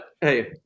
hey